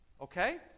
Okay